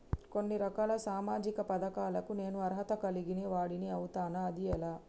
కొన్ని రకాల సామాజిక పథకాలకు నేను అర్హత కలిగిన వాడిని అవుతానా? అది ఎలా?